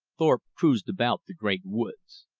thorpe cruised about the great woods.